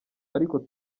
ariko